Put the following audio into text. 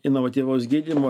inovatyvaus gydymo